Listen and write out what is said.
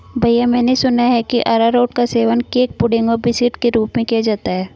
भैया मैंने सुना है कि अरारोट का सेवन केक पुडिंग और बिस्कुट के रूप में किया जाता है